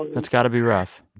that's got to be rough.